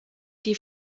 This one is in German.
die